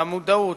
המודעות,